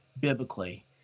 biblically